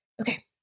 Okay